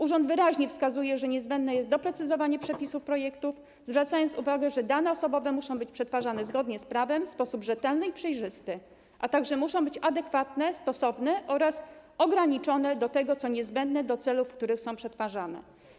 Urząd wyraźnie wskazuje, że niezbędne jest doprecyzowanie przepisów projektu, zwracając uwagę, że dane osobowe muszą być przetwarzane zgodnie z prawem, w sposób rzetelny i przejrzysty, a także muszą być adekwatne, stosowne oraz ograniczone do tego, co niezbędne do realizacji celów, w których są przetwarzane.